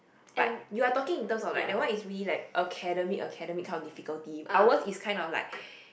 but you are talking in terms of like that one is really like academic academic kind of difficulty ours is kind of like